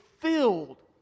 filled